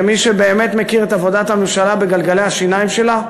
כמי שבאמת מכיר את עבודת הממשלה בגלגלי השיניים שלה,